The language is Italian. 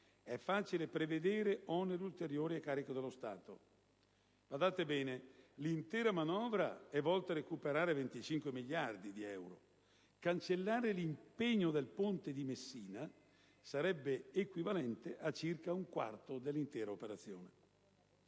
è facile prevedere oneri ulteriori a carico dello Stato. Badate bene, l'intera manovra è volta a recuperare 25 miliardi di euro. Cancellare l'impegno del ponte di Messina sarebbe equivalente a circa un quarto dell'intera operazione.